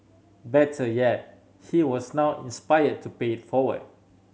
better yet he was now inspired to pay it forward